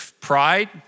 Pride